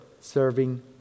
serving